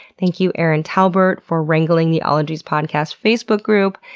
thank you erin talbert for wrangling the ologies podcast facebook group.